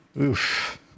Oof